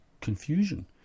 confusion